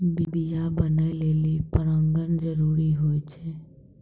बीया बनै लेलि परागण जरूरी होय छै